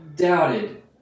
doubted